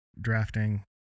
drafting